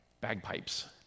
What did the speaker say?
Bagpipes